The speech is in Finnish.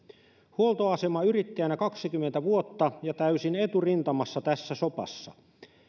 huoltoasemayrittäjänä kaksikymmentä vuotta ja täysin eturintamassa tässä sopassa